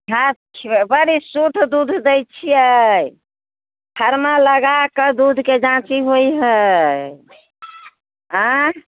घास खिए बड़ी शुद्ध दूध दै छियै थरमा लगाके दूधके जाँच होइ हय अऽ